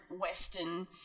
Western